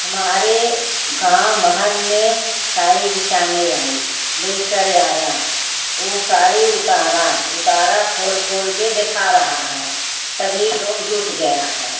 हमारे गाँव महल में साड़ी बिछाने आई ले कर आया ओ साड़ी उतारा उतारा खोल खोल के देखा रहा है सभी लोग जुट गया है